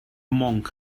monk